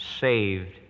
saved